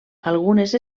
algunes